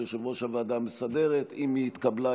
יושב-ראש הוועדה המסדרת: אם היא התקבלה,